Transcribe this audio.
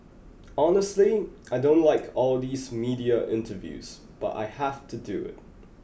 honestly I don't like all these media interviews but I have to do it